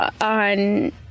on